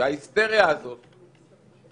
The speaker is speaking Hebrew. שההיסטריה הזאת של